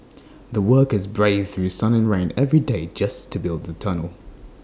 the workers braved through sun and rain every day just to build the tunnel